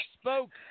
spoke